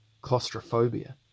claustrophobia